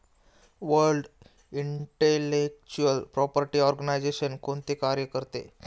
World intellectual property organisation कोणते कार्य करते?